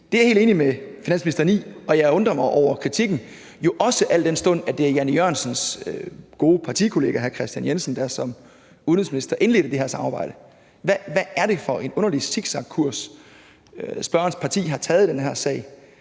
er jeg helt enig med finansministeren i, og jeg undrer mig over kritikken – jo også al den stund at det var hr. Jan E. Jørgensens gode partikollega hr. Kristian Jensen, der som udenrigsminister indledte det her samarbejde. Hvad er det for en underlig zigzagkurs, spørgerens parti har taget i den her sag?